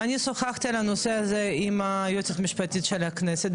אני שוחחתי על הנושא הזה עם היועצת המשפטית של הכנסת,